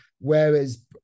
whereas